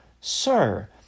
Sir